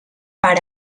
per